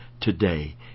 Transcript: today